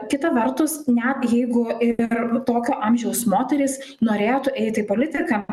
kita vertus net jeigu ir tokio amžiaus moterys norėtų eit į politiką